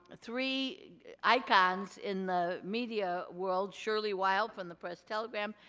three icons in the media world. shirley wild from the press-telegram,